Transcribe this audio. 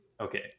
Okay